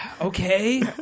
Okay